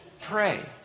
pray